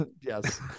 Yes